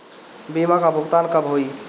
बीमा का भुगतान कब होइ?